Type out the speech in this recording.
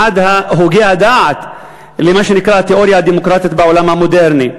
אחד מהוגי הדעות של מה שנקרא התיאוריה הדמוקרטית בעולם המודרני.